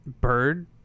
bird